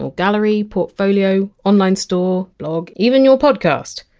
gallery, portfolio, online store, blog, even your podcast.